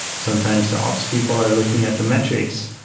sometimes the ops people are looking at the metrics.